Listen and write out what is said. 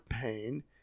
pain